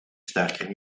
sterker